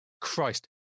Christ